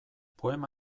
poema